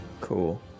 Cool